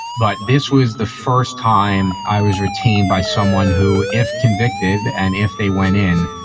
but this was the first time i was retained by someone who, if convicted and if they went in,